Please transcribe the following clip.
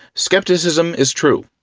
skepticism is true.